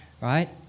right